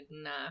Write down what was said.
enough